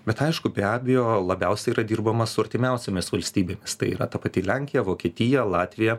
bet aišku be abejo labiausiai yra dirbama su artimiausiomis valstybės tai yra ta pati lenkija vokietija latvija